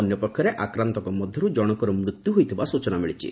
ଅନ୍ୟପକ୍ଷରେ ଆକ୍ରାନ୍ତଙ୍କ ମଧ୍ଧରୁ ଜଶଙ୍କର ମୃତ୍ୟୁ ହୋଇଥିବା ସୂଚନା ମିଳିଛି